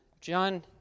John